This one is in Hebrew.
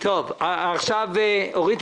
אורית,